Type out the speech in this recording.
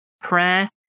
Prayer